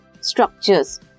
structures